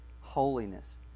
holiness